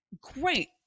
Great